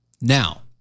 Now